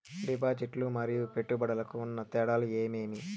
డిపాజిట్లు లు మరియు పెట్టుబడులకు ఉన్న తేడాలు ఏమేమీ?